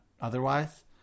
otherwise